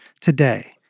today